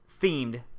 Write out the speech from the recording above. themed